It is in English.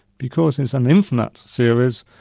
because there's an infinite series,